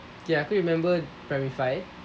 okay aku remember primary five